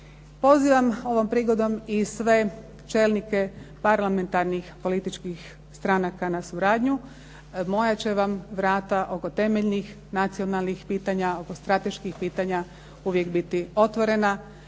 Pozivam ovom prigodom i sve čelnike parlamentarnih političkih stranaka na suradnju. Moja će vam vrata oko temeljnih nacionalnih pitanja, oko strateških pitanja uvijek biti otvorena.